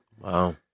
Wow